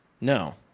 No